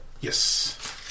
Yes